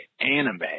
anime